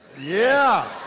yeah!